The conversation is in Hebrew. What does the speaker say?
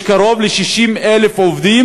יש בהן קרוב ל-60,000 עובדים.